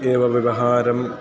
एव व्यवहारः